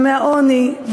מהעוני,